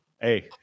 hey